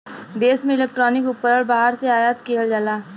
देश में इलेक्ट्रॉनिक उपकरण बाहर से आयात किहल जाला